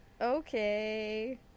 Okay